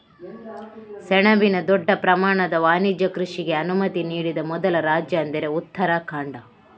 ಸೆಣಬಿನ ದೊಡ್ಡ ಪ್ರಮಾಣದ ವಾಣಿಜ್ಯ ಕೃಷಿಗೆ ಅನುಮತಿ ನೀಡಿದ ಮೊದಲ ರಾಜ್ಯ ಅಂದ್ರೆ ಉತ್ತರಾಖಂಡ